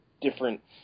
different